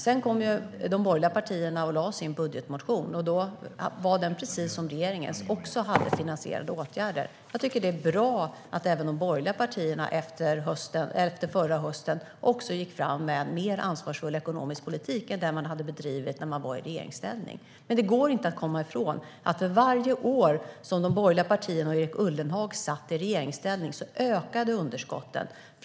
Sedan lade de borgerliga partierna fram sin budgetmotion, och då hade den, precis som regeringens, finansierade åtgärder. Jag tycker att det är bra att även de borgerliga partierna efter förra hösten gick fram med en mer ansvarsfull ekonomisk politik än den man hade bedrivit i regeringsställning, men det går inte att komma ifrån att för varje år som de borgerliga partierna och Erik Ullenhag satt i regeringsställning ökade underskottet.